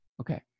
Okay